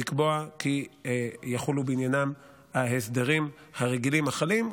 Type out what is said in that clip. לקבוע כי יחולו בעניינם ההסדרים הרגילים החלים,